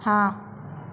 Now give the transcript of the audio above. हाँ